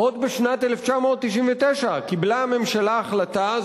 עוד בשנת 1999 קיבלה הממשלה החלטה,